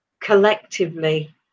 collectively